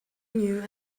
new